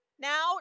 Now